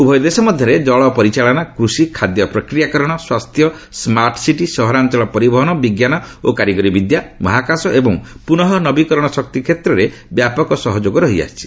ଉଭୟ ଦେଶ ମଧ୍ୟରେ ଜଳ ପରିଚାଳନା କୃଷି ଖାଦ୍ୟ ପ୍ରକ୍ରିୟାକରଣ ସ୍ୱାସ୍ଥ୍ୟ ସ୍କାର୍ଟ ସିଟି ସହରାଞ୍ଚଳ ପରିବହନ ବିଜ୍ଞାନ ଓ କାରିଗରୀ ବିଦ୍ୟା ମହାକାଶ ଏବଂ ପୁନଃ ନବୀକରଣ ଶକ୍ତିକ୍ଷେତ୍ରରେ ବ୍ୟାପକ ସହଯୋଗ ରହିଆସିଛି